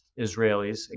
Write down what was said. Israelis